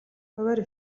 хувиар